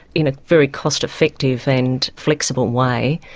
in a very cost-effective and flexible way,